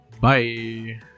Bye